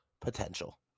potential